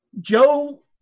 Joe